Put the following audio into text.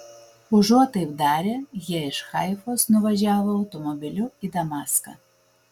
užuot taip darę jie iš haifos nuvažiavo automobiliu į damaską